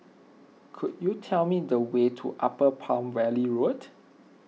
could you tell me the way to Upper Palm Valley Road